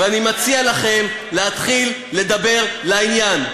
ואני מציע לכם להתחיל לדבר לעניין.